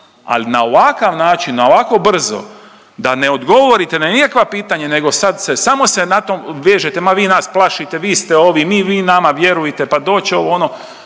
al na ovakav način, ovako brzo da ne odgovorite na nikakva pitanja nego sad se, samo se na to vežite, ma vi nas plašite, vi ste ovi, mi, vi nama vjerujte, pa doći će ovo, ono.